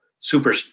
super